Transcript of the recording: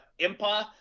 impa